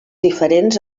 diferents